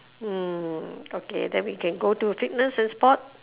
mm okay then we can go to fitness and sport